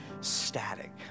static